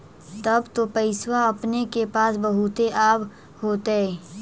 तब तो पैसबा अपने के पास बहुते आब होतय?